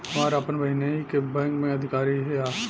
हमार आपन बहिनीई बैक में अधिकारी हिअ